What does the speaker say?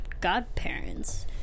godparents